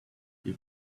you